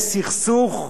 יש סכסוך,